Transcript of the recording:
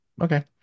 Okay